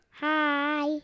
Hi